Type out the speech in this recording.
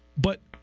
but